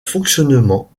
fonctionnement